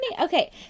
Okay